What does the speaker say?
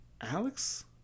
Alex